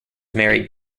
married